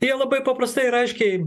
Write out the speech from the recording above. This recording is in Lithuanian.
jie labai paprastai ir aiškiai